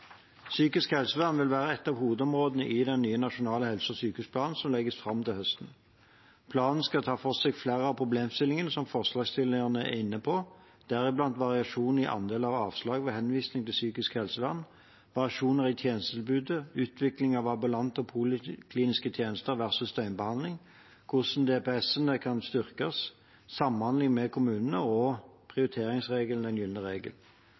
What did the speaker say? Psykisk helsevern vil være et av hovedområdene i den nye nasjonale helse- og sykehusplanen, som legges fram til høsten. Planen skal ta for seg flere av problemstillingene som forslagsstillerne er inne på, deriblant variasjon i andel avslag ved henvisninger til psykisk helsevern, variasjoner i tjenestetilbudet, utviklingen av ambulante og polikliniske tjenester versus døgnbehandling, hvordan DPS-ene kan styrkes, samhandling med kommunene og prioriteringsregelen, den